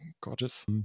gorgeous